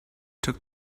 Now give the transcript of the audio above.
took